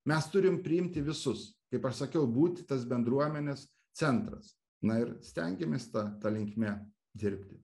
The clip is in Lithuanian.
mes turim priimti visus kaip aš sakiau būti tas bendruomenės centras na ir stengiamės ta ta linkme dirbti